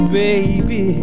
baby